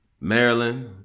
Maryland